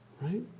right